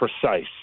precise